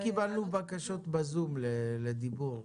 האם קיבלנו בקשות בזום לדיבור?